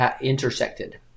intersected